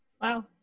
Wow